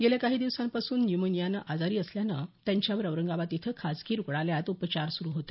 गेल्या काही दिवसांपासून न्यूमोनियानं आजारी असल्यानं त्यांच्यावर औरंगाबाद इथं खासगी रुग्णालयात उपचार सुरू होते